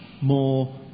more